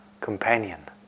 companion